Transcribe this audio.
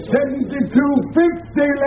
Seventy-two-fifty